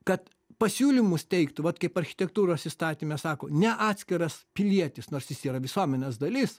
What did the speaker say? kad pasiūlymus teiktų vat kaip architektūros įstatyme sako ne atskiras pilietis nors jis yra visuomenės dalis